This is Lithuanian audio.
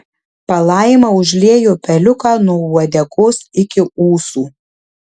palaima užliejo peliuką nuo uodegos iki ūsų